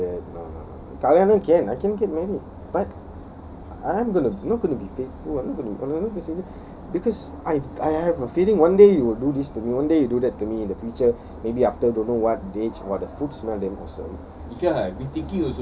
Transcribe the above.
Kalyanam can I can get many but I'm going to not going to be faithful I'm not going to because I I I have a feeling one day you would do this to me one day you do that to me in the future maybe after don't know what age !wah! the food smell damn awesome